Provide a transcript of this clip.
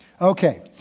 Okay